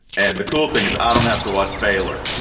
and the cool thing is i don't have to watch baylor.